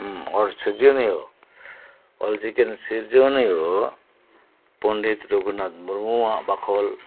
ᱚᱞ ᱥᱤᱨᱡᱚᱱᱤᱭᱟᱹ ᱚᱞ ᱪᱤᱠᱤ ᱨᱮᱱ ᱥᱤᱨᱡᱚᱱᱤᱭᱟᱹ ᱯᱚᱱᱰᱤᱛᱚ ᱨᱩᱜᱷᱩᱱᱟᱛᱷ ᱢᱩᱨᱢᱩᱣᱟᱜ ᱵᱟᱠᱷᱳᱞ